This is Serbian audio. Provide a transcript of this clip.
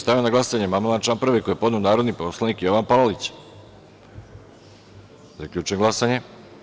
Stavljam na glasanje amandman na član 2. koji je podneo narodni poslanik Jovan Palalić.